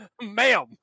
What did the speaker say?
Ma'am